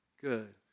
good